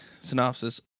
synopsis